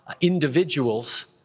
individuals